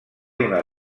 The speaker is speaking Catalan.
una